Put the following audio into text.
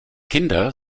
kinder